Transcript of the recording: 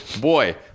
Boy